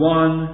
one